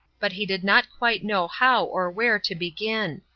but he did not quite know how or where to begin.